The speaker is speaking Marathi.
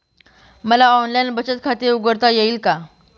मला ऑनलाइन बचत खाते उघडता येईल का?